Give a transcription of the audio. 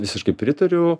visiškai pritariu